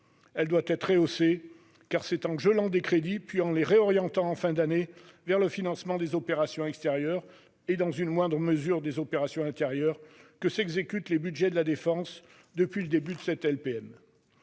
Elle doit être rehaussée, car c'est en gelant des crédits puis en les réorientant en fin d'année vers le financement des opérations extérieures et, dans une moindre mesure, intérieures que s'exécutent les budgets de la défense depuis le début de la LPM.